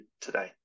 today